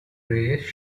race